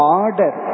order